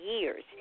years